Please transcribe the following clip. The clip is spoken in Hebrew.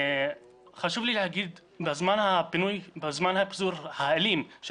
חשוב לי להגיד שבזמן הפיזור האלים של